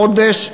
חודש,